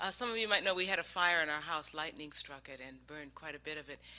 ah some of you might know we had a fire in our house, lightening struck it and burned quite a bit of it.